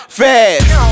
fast